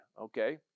Okay